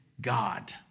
God